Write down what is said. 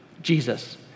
Jesus